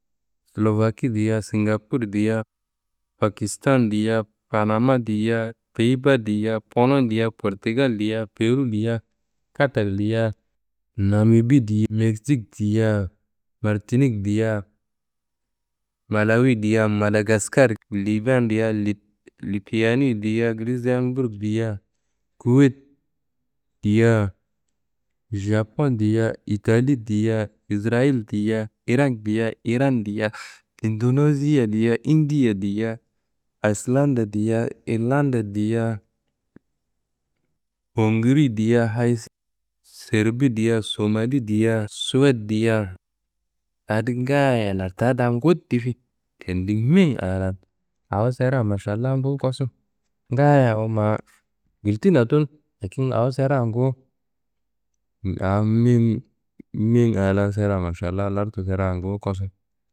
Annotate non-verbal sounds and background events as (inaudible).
Slovaki diyea, Singapur diyea, Pakistan diyea, Panama diyea, Peyi Ba diyea, Polon diyea, Portigal diyea, Peru diyea, Katar diyea, Namibi diyea, Mekzik diyea, Martinik diyea, Malawuyi diyea, Madagaskar gulli, Liban diyea, Lit- Litiyani diyea, Likzemburk diyea, Kuwet diyea, Japon diyea, Itali diyea, Israyil diyea, Irak diyea, Iran diyea, (noise) Indoneziya diyea, Indiya diyea, Ayislanda diyea, Irlanda diyea, Hongri diyea, (hesitation) Serbi diyea, Somali diyea, Suwet diyea, a adi ngaaye lartaá da nguwu difi. Tendi mean a la, awo serea Mašallah nguwu kosu ngaaye awo ma (hesitation) gultina lakin awo serea nguwu, a mean, mean a la serea Mašallah lartu sera nguwu kosu.